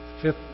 fifth